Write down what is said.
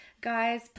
Guys